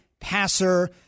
passer